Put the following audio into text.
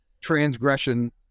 transgression